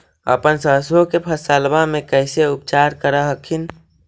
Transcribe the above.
अपन सरसो के फसल्बा मे कैसे उपचार कर हखिन?